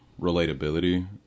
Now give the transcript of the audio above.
relatability